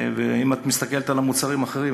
ואם את מסתכלת על המוצרים האחרים,